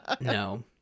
No